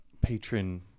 patron